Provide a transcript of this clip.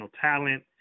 talent